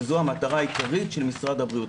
שזו המטרה העיקרית של משרד הבריאות.